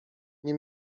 nie